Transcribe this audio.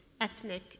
ethnic